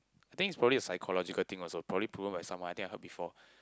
I think is probably a psychological thing also probably proven by someone I think I heard before